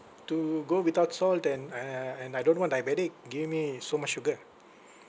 to go without salt and uh and I don't want diabetic give me so much sugar